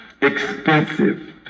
expensive